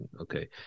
okay